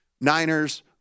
Niners